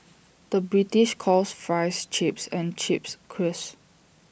the British calls Fries Chips and Chips Crisps